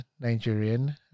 Nigerian